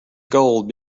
gold